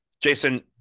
Jason